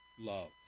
love